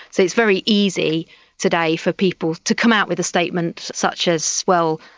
so it's very easy today for people to come out with a statement such as, well,